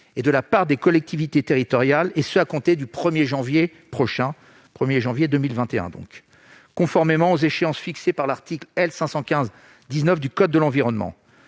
et de la part des collectivités territoriales, et ce à compter du 1 janvier 2021, conformément aux échéances fixées par l'article L. 515-19 du code de l'environnement.